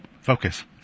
Focus